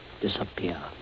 disappear